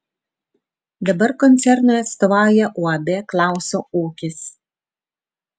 dabar koncernui atstovauja uab klauso ūkis